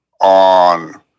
on